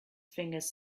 fingers